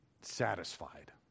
satisfied